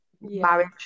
marriage